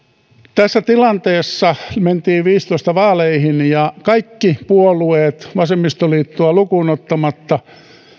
tässä tilanteessa mentiin vuoden viisitoista vaaleihin ja kaikki puolueet vasemmistoliittoa lukuun ottamatta